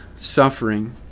suffering